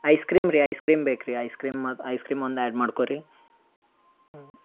ice cream ರೀ ice cream ಬೇಕ್ರೀ ಐಸ್ಕ್ರೀಮ್ಮ ಐಸ್ಕ್ರೀಮ್ ಒಂದು ಆ್ಯಡ್ ಮಾಡ್ಕೊ ರೀ ಹ್ಞೂ